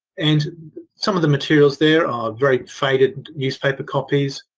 and some of the materials there are very faded newspaper copies.